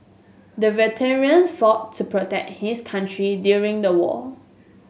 the veteran fought to protect his country during the war